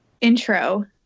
intro